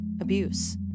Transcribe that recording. abuse